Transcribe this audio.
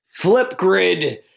Flipgrid